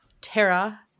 Terra